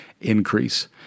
increase